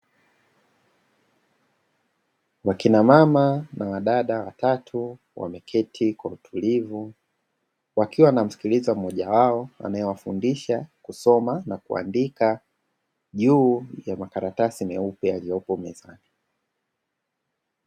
Wakina mama na wadada watatu wameketi kwa utulivu wakiwa wanasikiliza mmoja wao anayewafundisha kusoma na kuandika, juu ya makaratasi meupe yaliyopo mezani.